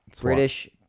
British